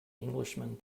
englishman